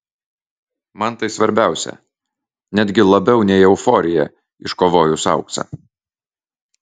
man tai svarbiausia netgi labiau nei euforija iškovojus auksą